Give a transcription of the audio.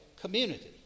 community